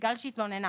בגלל שהיא התלוננה.